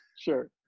Sure